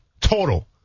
total